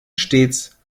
stets